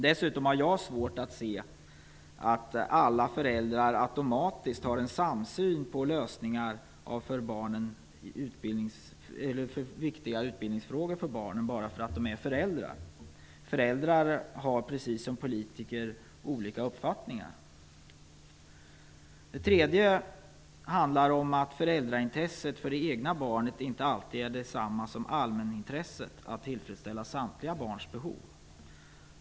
Dessutom har jag svårt att se att alla föräldrar automatiskt har en samsyn på lösningar av för barnens utbildning viktiga frågor bara för att de är föräldrar. Föräldrar har precis som politiker olika uppfattningar. För det tredje handlar det om att föräldraintresset för det egna barnet inte alltid är detsamma som allmänintresset att tillfredsställa samtliga barns behov.